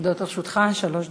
עומדות לרשותך שלוש דקות.